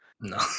No